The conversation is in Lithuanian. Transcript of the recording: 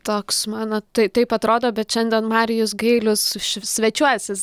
toks mano tai taip atrodo bet šiandien marijus gailius suši svečiuosis